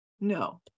no